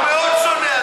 הוא מאוד שונה,